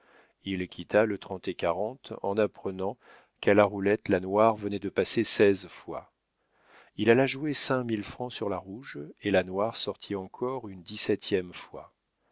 il quitta le trente-et-quarante en apprenant qu'à la roulette la noire venait de passer seize fois il alla jouer cinq mille francs sur la rouge et la noire sortit encore une dix-septième fois